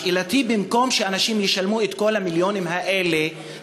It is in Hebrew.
אז שאלתי: במקום שאנשים ישלמו את כל המיליונים האלה,